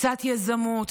קצת יזמות.